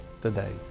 today